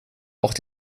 auch